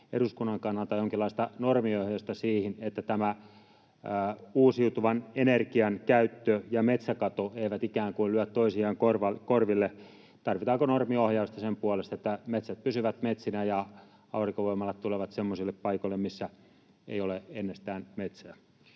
eduskunnan kannalta, jonkinlaista normiohjausta siihen, että uusiutuvan energian käyttö ja metsäkato eivät ikään kuin lyö toisiaan korville? Tarvitaanko normiohjausta sen puolesta, että metsät pysyvät metsinä ja aurinkovoimalat tulevat semmoisille paikoille, missä ei ole ennestään metsää?